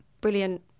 brilliant